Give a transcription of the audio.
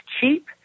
cheap